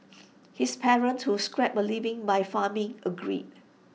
his parents who scraped A living by farming agreed